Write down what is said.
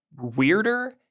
weirder